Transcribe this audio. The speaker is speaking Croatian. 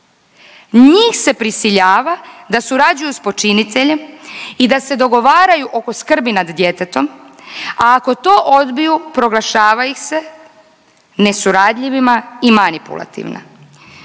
njih se prisiljava da surađuju s počiniteljem i da se dogovaraju oko skrbi nad djetetom, a ako to odbiju proglašava ih se nesuradljivima i manipulativne.